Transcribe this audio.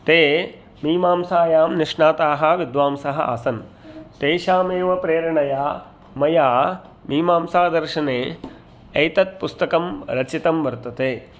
ते मीमांसायां निष्णाताः विद्वांसः आसन् तेषामेव प्रेरणया मया मीमांसादर्शने एतत् पुस्तकं रचितं वर्तते